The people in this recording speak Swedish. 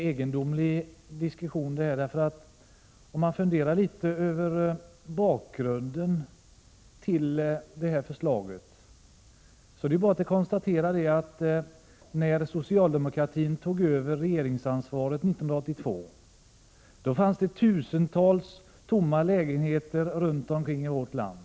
Herr talman! Det här är en litet egendomlig diskussion. Bakgrunden till det framlagda förslaget är att det när socialdemokraterna tog över regeringsansvaret 1982 fanns tusentals tomma lägenheter runt om i vårt land.